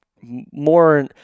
more